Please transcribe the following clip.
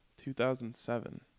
2007